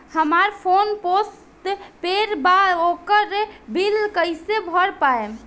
हमार phone postpaid बा ओकर बिल कईसे भर पाएम?